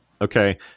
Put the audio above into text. Okay